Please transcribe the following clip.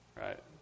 Right